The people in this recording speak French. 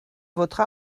votre